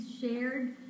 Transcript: shared